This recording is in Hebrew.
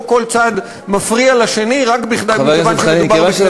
כל צד מפריע לשני רק מכיוון שמדובר בכנסת ובממשלה.